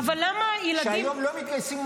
שהיום לא מתגייסים.